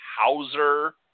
Hauser